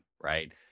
right